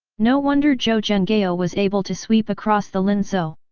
no wonder zhou zhenghao ah was able to sweep across the linzhou.